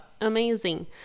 Amazing